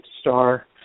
star